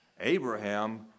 Abraham